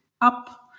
up